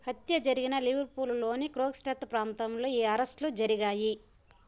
హత్య జరిగిన లివర్పూల్లోని క్రోక్స్టెత్ ప్రాంతంలో ఈ అరెస్టులు జరిగాయి